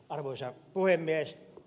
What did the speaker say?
arvoisa puhemies